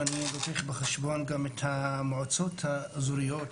אם אני לוקח בחשבון גם את המועצות האזוריות,